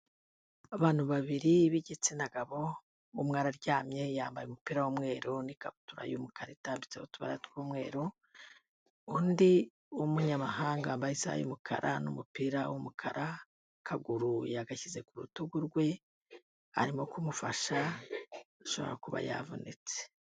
Abantu babiri b'igitsina gabo, umwe araryamye yambaye umupira w'umweru n'ikabutura y'umukara itambitseho utubara tw'umweru, undi w'umunyamahanga wambaye isaha y'umukara n'umupira w'umukara akaguru yagashyize ku rutugu rwe arimo kumufasha ashobora kuba yavunitse.